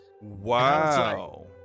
wow